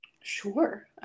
Sure